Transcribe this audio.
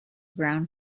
ground